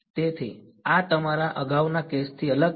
તેથી આ તમારા અગાઉના કેસથી અલગ છે